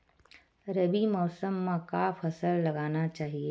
रबी मौसम म का फसल लगाना चहिए?